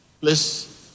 Please